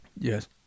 Yes